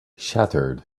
shattered